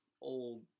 old